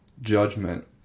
judgment